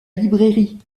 librairie